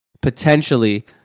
potentially